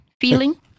feeling